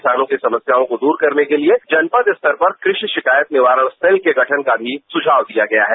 किसानों की समस्या को दूर करने के लिए जनपद स्तर पर कृषि शिकायत निवारण सेल के गठन का भी सुझाव दिया गया है